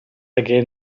again